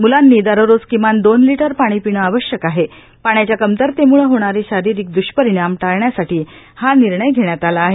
मुलांनी दररोज किमान दोन लीटर पाणी पिणं आवश्यक आहेए पाण्याच्या कमतरतेमुळे होणारे शारीरिक द्रष्परिणाम टाळण्यासाठी हा निर्णय घेण्यात आला आहे